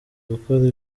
gukora